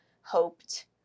hoped